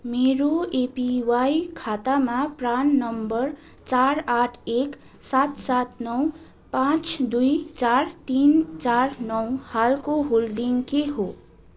मेरो एपिवाई खातामा PRAN number चार आठ एक सात सात नौ पाँच दुई चार तिन चार नौ हालको होल्डिङ के हो